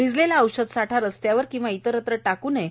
भिजलेला औषध साठा रस्त्यावर आणि इतरत्र टाक् नये